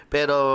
Pero